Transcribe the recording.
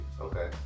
Okay